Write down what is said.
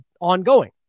ongoing